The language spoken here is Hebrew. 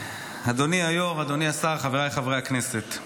אדוני היו"ר, אדוני השר, חבריי חברי הכנסת,